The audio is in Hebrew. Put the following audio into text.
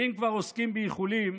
ואם כבר עוסקים באיחולים,